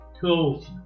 Cool